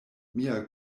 mia